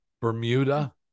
Bermuda